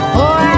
Boy